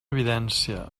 evidència